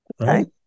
Right